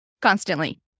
constantly